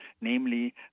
namely